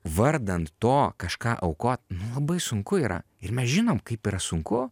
vardan to kažką aukot nu labai sunku yra ir mes žinom kaip yra sunku